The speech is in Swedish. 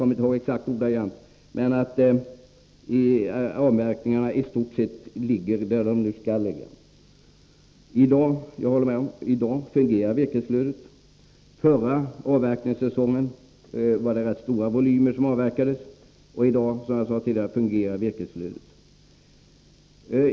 Jordbruksministern sade i går att nivån på avverkningarna i stort sett ligger där den skall. Jag kommer inte ihåg den exakta ordalydelsen, men innebörden var denna. Jag håller med om att virkesflödet i dag fungerar, eftersom det förra säsongen avverkades rätt stora volymer.